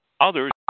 Others